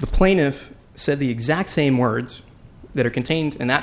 the plaintiff said the exact same words that are contained in that